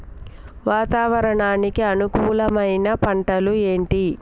వాతావరణానికి అనుకూలమైన పంటలు ఏంటి?